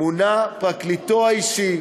מונה פרקליטו האישי